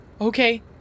Okay